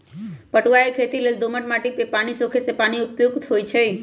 पटूआ के खेती लेल दोमट माटि जे पानि सोखे से माटि उपयुक्त होइ छइ